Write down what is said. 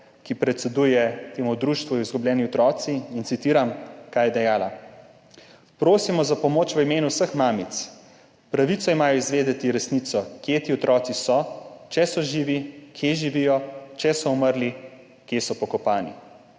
ki predseduje temu društvu Izgubljeni otroci Slovenije. Citiram, kaj je dejala: »Prosimo za pomoč v imenu vseh mamic. Pravico imajo izvedeti resnico, kje ti otroci so, če so živi, kje živijo, če so umrli, kje so pokopani.